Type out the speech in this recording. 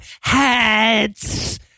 hats